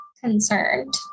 concerned